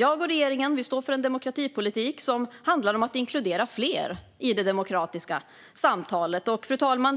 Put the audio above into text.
Jag och regeringen står för en demokratipolitik som handlar om att inkludera fler i det demokratiska samtalet.